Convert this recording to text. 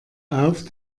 auf